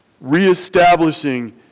reestablishing